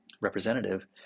representative